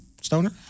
stoner